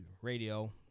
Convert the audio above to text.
radio